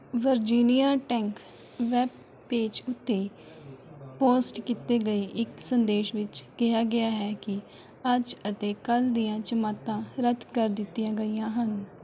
Virginia ਟੈਂਕ web page ਉੱਤੇ post ਕੀਤੇ ਗਏ ਇੱਕ ਸੰਦੇਸ਼ ਵਿੱਚ ਕਿਹਾ ਗਿਆ ਹੈ ਕਿ ਅੱਜ ਅਤੇ ਕੱਲ੍ਹ ਦੀਆਂ ਜਮਾਤਾਂ ਰੱਦ ਕਰ ਦਿੱਤੀਆਂ ਗਈਆਂ ਹਨ